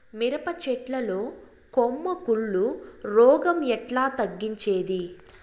మిరప చెట్ల లో కొమ్మ కుళ్ళు రోగం ఎట్లా తగ్గించేది?